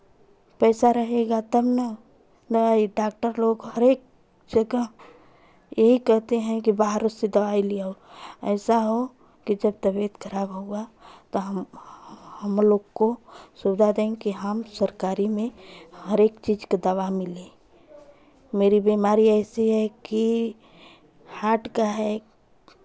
पैसा रहेगा तब ना दवाई डॉक्टर लोग हरेक जगह यही कहते हैं कि बाहरे से दवाई ले आओ ऐसा हो कि जब तबियत खराब होगा तो हम हम लोग को सुविधा देंगे हम सरकारी में हरेक चीज़ की दवा मिले मेरी बीमारी ऐसी है कि हर्ट का है